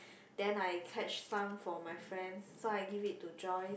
then I catch some for my friends so I give it to Joyce